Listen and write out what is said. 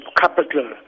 capital